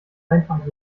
einfach